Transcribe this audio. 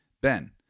Ben